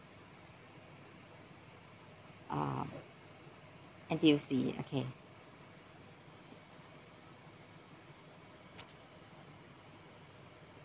oh N_T_U_C okay